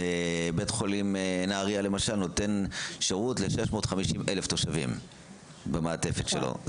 בית חולים נהריה למשל נותן שירות ל-650,000 תושבים במעטפת שלו,